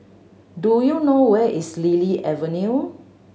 do you know where is Lily Avenue